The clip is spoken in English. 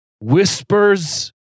whispers